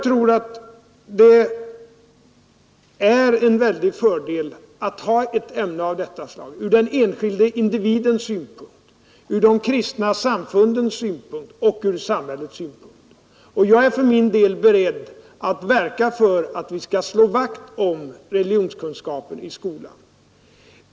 Det är en väldig fördel att ha ett ämne av detta slag ur den enskilde individens synpunkt, ur de kristna samfundens synpunkt och ur samhällets synpunkt. Jag är för min del beredd att verka för att vi skall slå vakt om religionskunskapen i skolan.